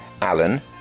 Alan